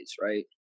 Right